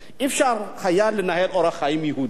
לא היה אפשר לנהל אורח חיים יהודי.